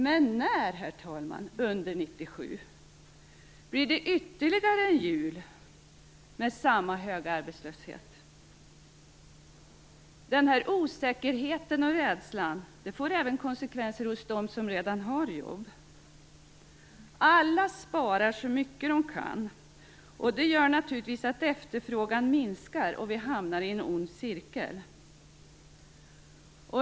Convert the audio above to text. Men när, herr talman, under 1997? Blir det ytterligare en jul med samma höga arbetslöshet? Denna osäkerhet och rädsla får även konsekvenser hos dem som redan har jobb. Alla sparar så mycket de kan. Det gör naturligtvis att efterfrågan minskar, och vi hamnar i en ond cirkel.